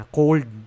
cold